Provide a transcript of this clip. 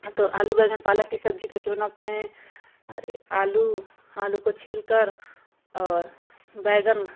हम तो आलू बैंगन पालक की सब्ज़ी का बनाते हैं अरे आलू आलू को छिलकर और बैंगन